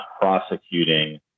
prosecuting